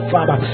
Father